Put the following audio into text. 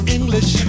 English